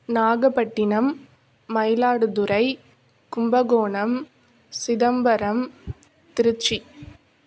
Nagapattinam Mayiladuthurai Kumbakonam Chidambaram Trichy